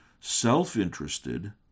self-interested